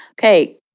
okay